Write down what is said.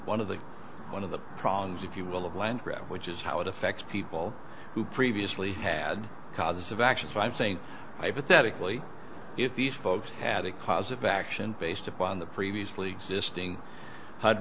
one of the one of the problems if you will of landgrab which is how it affects people who previously had causes of action so i'm saying hypothetically if these folks had a cause of action based upon the previously existing h